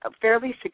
fairly